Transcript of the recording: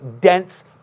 dense